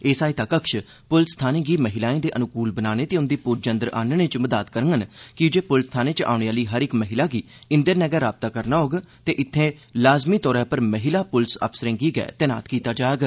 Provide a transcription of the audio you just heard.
एह् सहायता कक्ष प्लस थानें गी महिलाएं दे अनुकूल बनाने ते उंदी पुज्ज अंदर आहनने च मदाद करङन कीजे पुलस थाने च औने आहली हर इक महिला गी इंदे' नै गै राबता करना होग ते इत्थे लाज़मी तौर पर महिला प्लस अफसरें गी गै तैनात कीता जाग